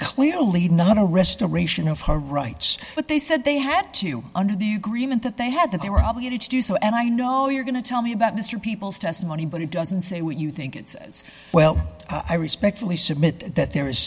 clearly not a restoration of her rights but they said they had to under the agreement that they had that they were obligated to do so and i know you're going to tell me about mr people's testimony but it doesn't say what you think it says well i respectfully submit that there is